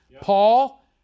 Paul